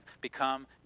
become